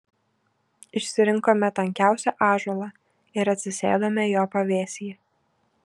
išsirinkome tankiausią ąžuolą ir atsisėdome jo pavėsyje